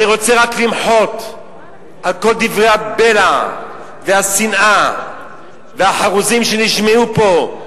אני רוצה רק למחות על כל דברי הבלע והשנאה והחרוזים שנשמעו פה,